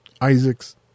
Isaacs